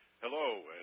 Hello